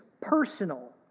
personal